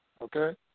okay